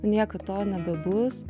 niekad to nebebus